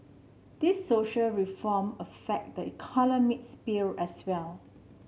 these social reform affect the economic sphere as well